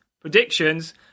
predictions